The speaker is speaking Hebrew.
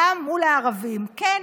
גם מול הערבים, כן.